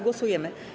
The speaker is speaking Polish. Głosujemy.